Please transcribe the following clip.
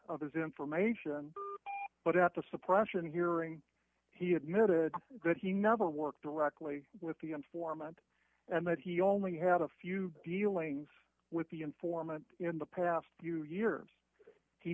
of his information but at the suppression hearing he admitted that he never worked directly with the informant and that he only had a few dealings with the informant in the past few years he